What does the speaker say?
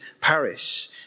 parish